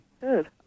Good